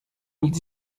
nic